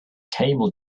camel